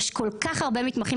יש כל כך הרבה מתמחים,